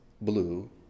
blue